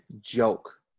joke